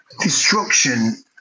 destruction